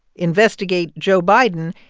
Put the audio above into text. investigate joe biden.